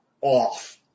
off